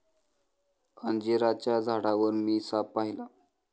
अंजिराच्या झाडावर मी साप पाहिला